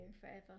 forever